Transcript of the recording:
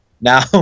now